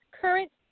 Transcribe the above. current